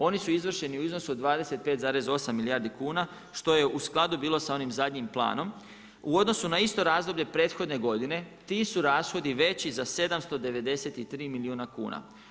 Oni su izvršeni u iznosu od 25,8 milijardi kuna što je u skladu bilo sa onim zadnjim planom u odnosu na isto razdoblje prethodne godine ti su rashodi veći za 793 milijuna kuna.